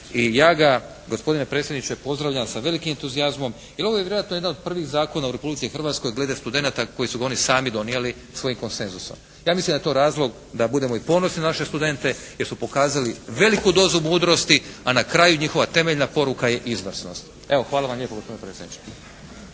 I ja ga gospodine predsjedniče pozdravljam sa velikim entuzijazmom, jer ovo je vjerojatno jedna od prvih zakona u Republici Hrvatskoj glede studenata koje su oni sami donijeli, svojim konsenzusom. Ja mislim da je to razlog da budemo i ponosni na naše studente jer su pokazali veliku dozu mudrosti. A na kraju, njihova temeljna poruka je izvrsnost. Evo, hvala vam lijepo gospodine predsjedniče.